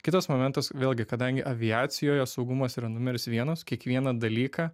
kitas momentas vėlgi kadangi aviacijoje saugumas yra numeris vienas kiekvieną dalyką